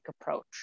approach